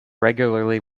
regularly